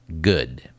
good